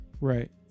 Right